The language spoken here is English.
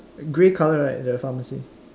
grey color right the pharmacy